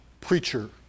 preacher